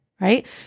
right